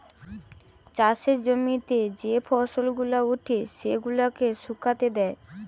চাষের জমিতে যে ফসল গুলা উঠে সেগুলাকে শুকাতে দেয়